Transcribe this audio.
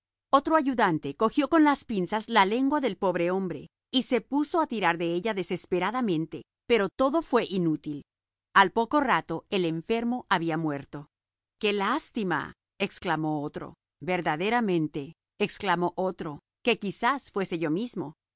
otro ayudante cogió con unas pinzas la lengua del pobre hombre y se puso a tirar de ella desesperadamente pero todo fue inútil al poco rato el enfermo había muerto qué lástima exclamó uno verdaderamente exclamó otro que quizás fuese yo mismo